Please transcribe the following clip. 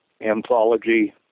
anthology